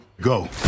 Go